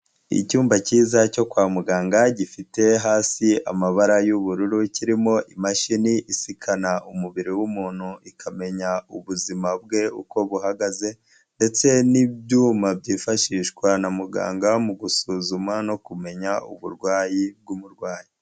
Icyumba kiza cyo kwa muganga gifite hasi amabara y'ubururu kirimo imashini isikana umubiri w'umuntu, ikamenya ubuzima bwe uko buhagaze ndetse n'ibyuma byifashishwa na muganga mu gusuzuma no kumenya uburwayi bw'umurwayi.